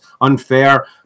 unfair